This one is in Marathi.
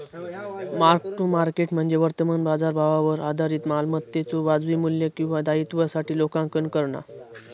मार्क टू मार्केट म्हणजे वर्तमान बाजारभावावर आधारित मालमत्तेच्यो वाजवी मू्ल्य किंवा दायित्वासाठी लेखांकन करणा